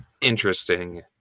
interesting